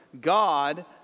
God